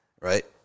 right